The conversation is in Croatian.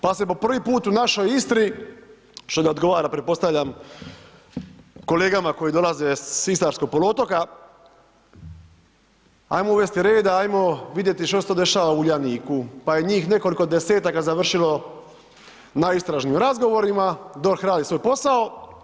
Pa se po prvi put u našoj Istri što ne odgovara pretpostavljam kolegama koji dolaze s Istarskog poluotoka, ajmo uvesti reda, ajmo vidjeti što se to dešava u Uljaniku, pa je njih nekoliko 10-taka završilo na istražnim razgovorima, DORH radi svoj posao.